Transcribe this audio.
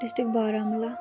district Baramulla